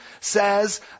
says